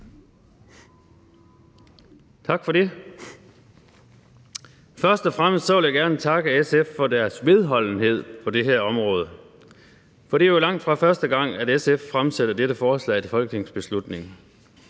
Tak for det. Først og fremmest vil jeg gerne takke SF for deres vedholdenhed på det her område. Det er jo langtfra første gang, at SF fremsætter dette forslag til folketingsbeslutning.